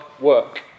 work